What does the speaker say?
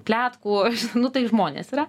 pletkų nu tai žmonės yra